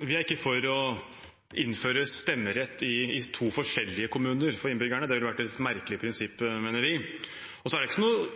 Vi er ikke for å innføre stemmerett i to forskjellige kommuner for innbyggerne. Det ville vært et merkelig prinsipp, mener vi. Det er ikke noe